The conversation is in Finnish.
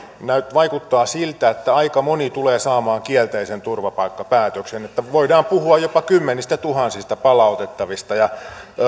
vaikuttaa siltä että aika moni tulee saamaan kielteisen turvapaikkapäätöksen niin että voidaan puhua jopa kymmenistätuhansista palautettavista